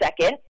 second